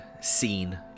scene